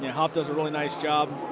huff does a really nice job.